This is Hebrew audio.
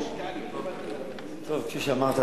כפי שאמרת,